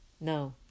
no